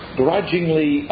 grudgingly